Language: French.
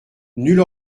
nulle